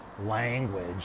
language